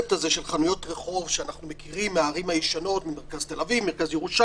הקניונים ממלאים מידי יום דוח של משרד הכלכלה.